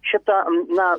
šitą na